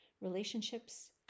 relationships